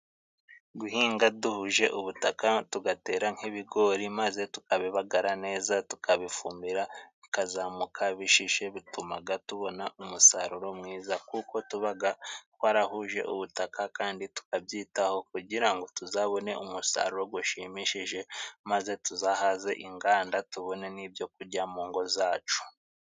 Guhinga duhuje ubutaka tugatera nk'ibigori maze tukabibagara neza tukabifumira bikazamuka bishishe bitumaga tubona umusaruro mwiza, kuko tubaga twarahuje ubutaka kandi tukabyitaho kugira ngo tuzabone umusaruro ushimishije, maze tuzahaze inganda tubone n'ibyokurya mungo zacu.